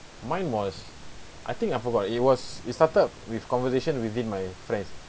mine was I think I forgot it was it started with conversation within my friends